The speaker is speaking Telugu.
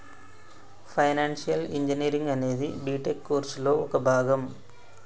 ఫైనాన్షియల్ ఇంజనీరింగ్ అనేది బిటెక్ కోర్సులో ఒక భాగం